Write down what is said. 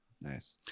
Nice